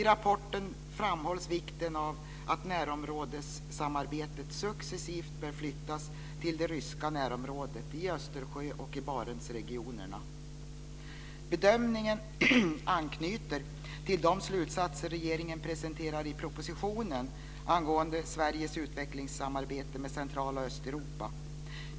I rapporten framhålls vikten av att närområdessamarbetet successivt bör flyttas till det ryska närområdet i Östersjö och Barentsregionerna. Bedömningen anknyter till de slutsatser som regeringen presenterar i propositionen angående Sveriges utvecklingssamarbete med Central och Östeuropa.